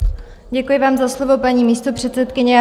Děkuji vám za slovo, paní místopředsedkyně.